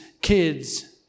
kids